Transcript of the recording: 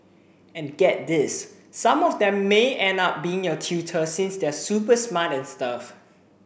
and get this some of them may end up being your tutor since they're super smart and stuff